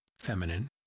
feminine